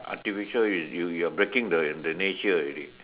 artificial you you you are breaking the the nature already